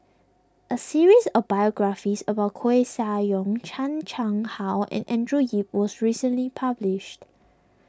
a series of biographies about Koeh Sia Yong Chan Chang How and Andrew Yip was recently published